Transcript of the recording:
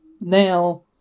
now